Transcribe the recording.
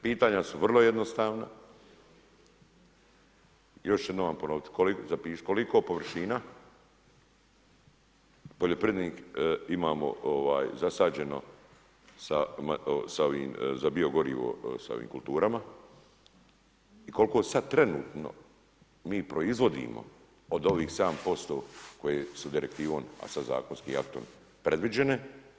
Pitanja su vrlo jednostavna, još jednom ću ponovit, zapiši, koliko površina poljoprivrednih imamo zasađeno sa ovim za biogorivo sa ovim kulturama i koliko sad trenutno mi proizvodimo od ovih 7% koje su direktivom, a sad zakonskim aktom predviđene?